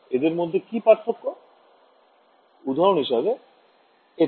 এদের মধ্যে কি পার্থক্য উদাহরণ হিসবে এটা